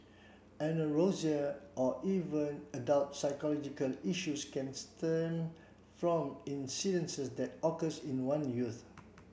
anorexia or even adult psychological issues can stem from incidences that occurs in one youth